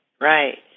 right